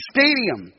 Stadium